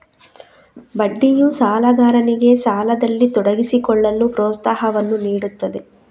ಬಡ್ಡಿಯು ಸಾಲಗಾರನಿಗೆ ಸಾಲದಲ್ಲಿ ತೊಡಗಿಸಿಕೊಳ್ಳಲು ಪ್ರೋತ್ಸಾಹವನ್ನು ನೀಡುತ್ತದೆ